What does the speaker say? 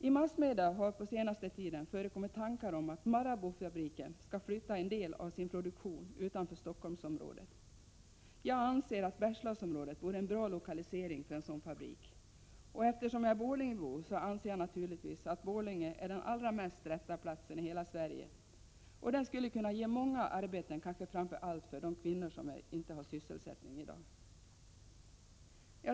I massmedia har under den senaste tiden förekommit tankar om att Maraboufabriken skall flytta en del av sin produktion utanför Stockholmsområdet. Jag anser att Bergslagsområdet vore en bra lokalisering för en sådan fabrik, och eftersom jag är Borlängebo anser jag naturligtvis att Borlänge är den mest lämpliga platsen i hela Sverige. Fabriken skulle kunna ge många arbeten, kanske framför allt för de kvinnor som inte har någon sysselsättning i dag.